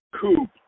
coupe